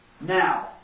Now